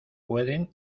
pueden